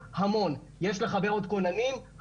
המון, יש לחבר עוד כוננים?